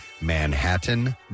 Manhattan